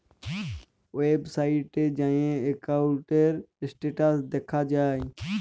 ওয়েবসাইটে যাঁয়ে একাউল্টের ইস্ট্যাটাস দ্যাখা যায়